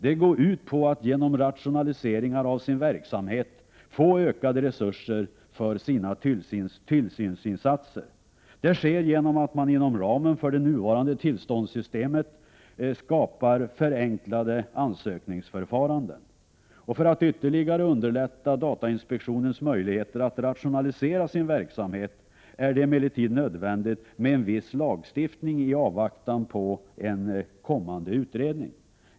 Det går ut på att genom rationaliseringar av sin verksamhet få ökade resurser för tillsynsinsatser. Det sker genom att man inom ramen för det nuvarande tillståndssystemet skapar förenklade ansökningsförfaranden. För att ytterligare underlätta datainspektionens möjligheter att rationalisera sin verksamhet är det emellertid nödvändigt med en viss lagstiftning i avvaktan på en kommande utredning.